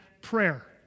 prayer